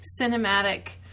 cinematic